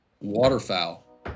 Waterfowl